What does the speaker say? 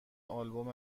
آلبوم